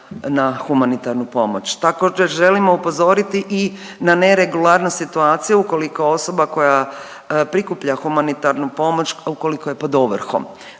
na humanitarnu pomoć. Također želimo upozoriti i na ne regularnu situaciju ukoliko osoba koja prikuplja humanitarnu pomoć ukoliko je pod ovrhom,